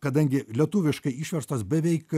kadangi lietuviškai išverstos beveik